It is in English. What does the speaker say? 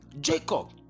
Jacob